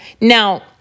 Now